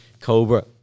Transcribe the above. Cobra